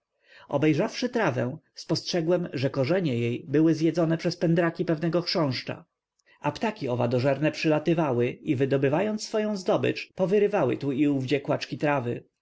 obejrzawszy trawę spostrzegłem że korzenie jej były zjedzone przez pędraki pewnego chrząszcza a ptaki owadożerne przylatywały i wydobywając swą zdobycz powyrywały tu i owdzie kłaczki trawy